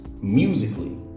musically